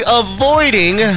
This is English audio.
avoiding